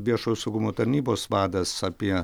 viešojo saugumo tarnybos vadas apie